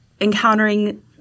encountering